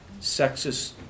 sexist